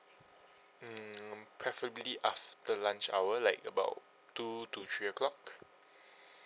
mm preferably after lunch hour like about two to three o'clock